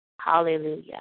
Hallelujah